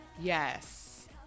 yes